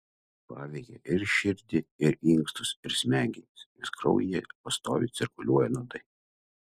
paveikia ir širdį ir inkstus ir smegenis nes kraujyje pastoviai cirkuliuoja nuodai